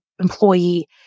employee